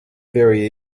very